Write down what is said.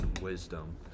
wisdom